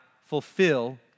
fulfill